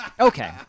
Okay